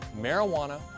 Marijuana